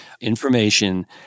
information